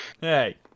Hey